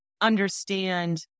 understand